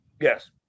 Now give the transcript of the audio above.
Yes